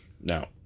Now